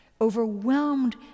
overwhelmed